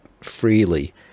freely